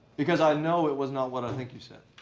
because i know it was not what i think you said.